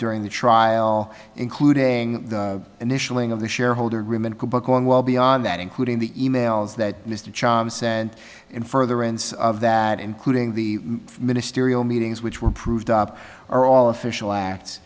during the trial including the initialing of the shareholder book on well beyond that including the e mails that mr chalmers sent in furtherance of that including the ministerial meetings which were proved up are all official act